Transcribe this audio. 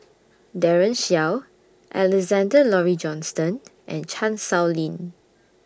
Daren Shiau Alexander Laurie Johnston and Chan Sow Lin